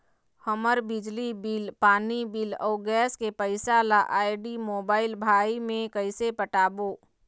हमर बिजली बिल, पानी बिल, अऊ गैस के पैसा ला आईडी, मोबाइल, भाई मे कइसे पटाबो?